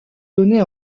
donnés